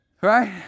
right